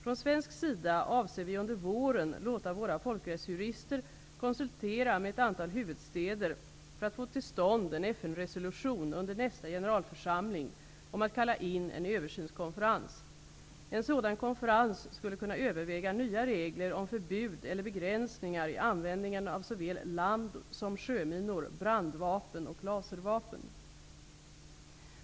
Från svensk sida avser vi att under våren låta våra folkrättsjurister konsultera med ett antal huvudstäder för att få till stånd en FN resolution under nästa generalförsamling om att kalla in en översynskonferens. En sådan konferens skulle kunna överväga nya regler om förbud eller begränsningar i användningen av såväl land som sjöminor, brandvapen och laservapen.